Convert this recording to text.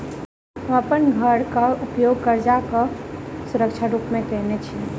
हम अप्पन घरक उपयोग करजाक सुरक्षा रूप मेँ केने छी